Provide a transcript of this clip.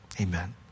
Amen